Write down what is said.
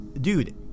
Dude